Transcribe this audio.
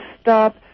stop